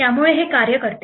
त्यामुळे हे कार्य करते